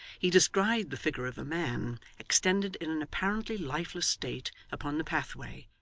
he descried the figure of a man extended in an apparently lifeless state upon the pathway,